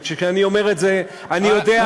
וכשאני אומר את זה אני יודע,